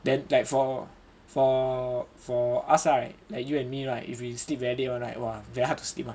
then like for for for us right like you and me right if we sleep very late right !wah! very hard to sleep [one]